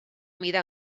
mida